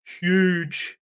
huge